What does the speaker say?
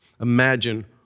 Imagine